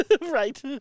right